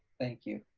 thank you.